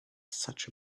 such